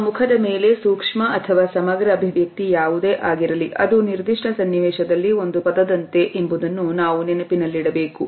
ನಮ್ಮ ಮುಖದ ಮೇಲೆ ಸೂಕ್ಷ್ಮ ಅಥವಾ ಸಮಗ್ರ ಅಭಿವ್ಯಕ್ತಿ ಯಾವುದೇ ಆಗಿರಲಿ ಅದು ನಿರ್ದಿಷ್ಟ ಸನ್ನಿವೇಶದಲ್ಲಿ ಒಂದು ಪದದಂತೆ ಎಂಬುದನ್ನು ನಾವು ನೆನಪಿನಲ್ಲಿಡಬೇಕು